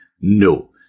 No